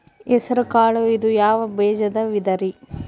ಹೆಸರುಕಾಳು ಇದು ಯಾವ ಬೇಜದ ವಿಧರಿ?